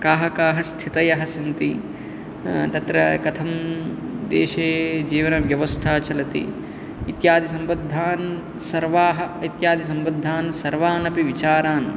काः काः स्थितयः सन्ति तत्र कथं देशे जीवनव्यवस्था चलति इत्यादि सम्बद्धान् सर्वाः इत्यादि सम्बद्धान् सर्वान् अपि विचारान्